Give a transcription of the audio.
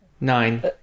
Nine